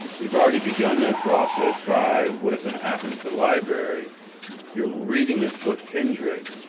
you've already begun that process by what is going to happen at the library you're reading this book kindred,